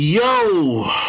Yo